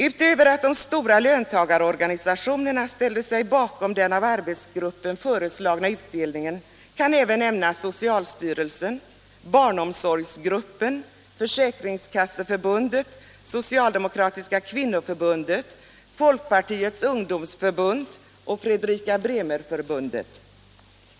Utöver de stora löntagarorganisationerna som ställde sig bakom den av arbetsgruppen föreslagna uppdelningen kan även nämnas socialstyrelsen, barnomsorgsgruppen, Försäkringskasseförbundet, Socialdemokratiska kvinnoförbundet, Folkpartiets ungdomsförbund och Fredrika Bremer-förbundet.